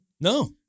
No